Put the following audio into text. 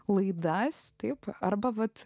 laidas taip arba vat